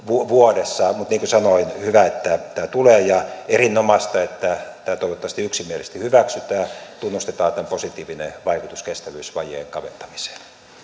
vuodessa mutta niin kuin sanoin hyvä että tämä tulee ja erinomaista että tämä toivottavasti yksimielisesti hyväksytään tunnustetaan tämän positiivinen vaikutus kestävyysvajeen kaventamiseen